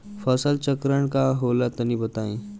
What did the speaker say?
फसल चक्रण का होला तनि बताई?